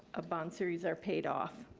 a bond series are paid off.